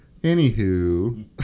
Anywho